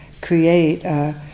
create